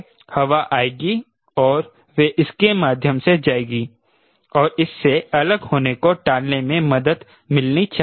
इसलिए हवा आएगी और वे इसके माध्यम से जाएगि और इससे अलग होने को टालने में मदद मिलनी चाहिए